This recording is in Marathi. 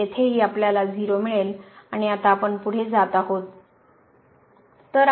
तर येथेही आपल्याला 0 मिळेल आणि आता आपण पुढे जात आहोत